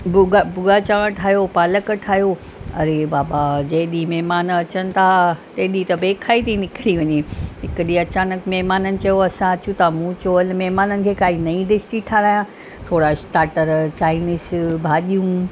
भुॻ भुॻा चावर ठाहियो पालक ठाहियो अड़े बाबा जे ॾींहुं महिमान अचनि था ते ॾींहुं त बेख़ ई थी निकिरी वञे हिकु ॾींहुं अचानकि महिमाननि चयो असां अचूं था मूं चयो हल महिमाननि खे काई नई डिश थी ठाहिरायां थोरा श्टाटर चाइनिस भाॼियूं